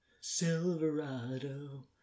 Silverado